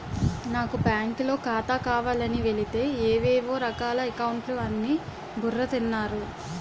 నాకు బాంకులో ఖాతా కావాలని వెలితే ఏవేవో రకాల అకౌంట్లు అని బుర్ర తిన్నారు